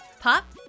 Pop